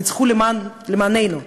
ניצחו למעננו,